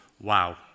wow